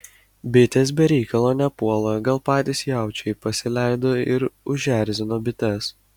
bitės be reikalo nepuola gal patys jaučiai pasileido ir užerzino bites